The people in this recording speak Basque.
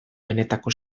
benetako